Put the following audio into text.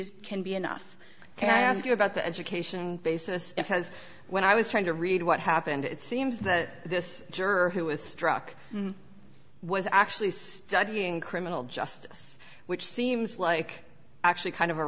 just can be enough to ask you about the education basis because when i was trying to read what happened it seems that this juror who was struck was actually studying criminal justice which seems like actually kind of a